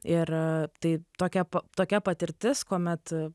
ir tai tokia tokia patirtis kuomet